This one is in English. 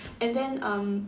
and then um